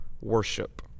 Worship